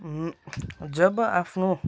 जब आफ्नो